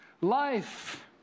life